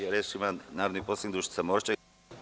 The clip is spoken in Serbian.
Reč ima narodni poslanik Dušica Morčev.